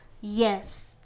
Yes